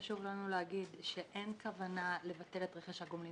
חשוב לנו להגיד שאין כוונה לבטל את רכש הגומלין